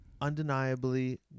undeniably